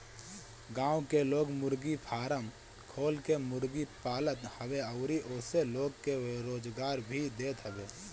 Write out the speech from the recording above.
गांव में लोग मुर्गी फारम खोल के मुर्गी पालत हवे अउरी ओसे लोग के रोजगार भी देत हवे